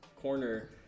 corner